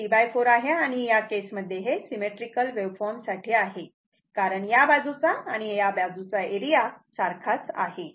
हे T4 आहे आणि या केस मध्ये हे सिमेट्रीकल वेव्हफॉर्म साठी आहे कारण या बाजूचा आणि या बाजूचा एरिया सारखाच आहे